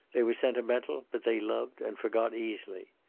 they were sentimental, but they loved and forgot easily.